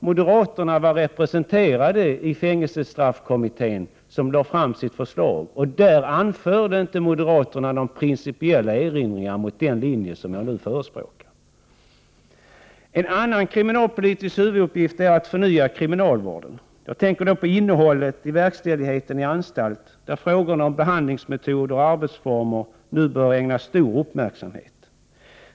Moderaterna var representerade i fängelsestraffkommittén, Jerry Martinger, och anförde där inte några principiella erinringar mot den linje jag nu förespråkar. En annan kriminalpolitisk uppgift är att förnya kriminalvården. Jag tänker då på innehållet i verkställigheten i anstalt, där frågorna om behandlingsmetoder och arbetsformer nu bör ägnas stor uppmärksamhet.